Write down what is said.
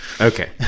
Okay